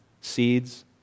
seeds